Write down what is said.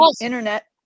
internet